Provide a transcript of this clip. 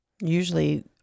Usually